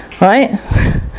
right